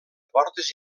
portes